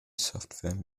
software